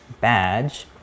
Badge